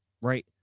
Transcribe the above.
right